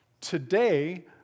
Today